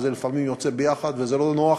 ולפעמים זה יוצא ביחד וזה לא נוח